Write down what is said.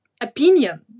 opinion